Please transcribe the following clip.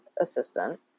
assistant